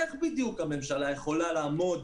איך בדיוק הממשלה יכולה לעמוד